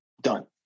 Done